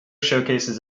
showcases